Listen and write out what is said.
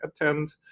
attend